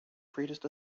greatest